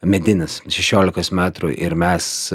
medinis šešiolikos metrų ir mes